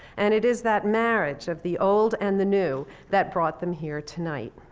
and it is that marriage of the old and the new that brought them here tonight.